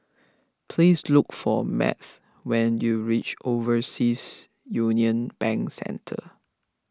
please look for Math when you reach Overseas Union Bank Centre